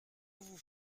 vous